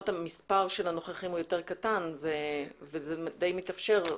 המספר של הנוכחים הוא יותר קטן וזה די מתאפשר.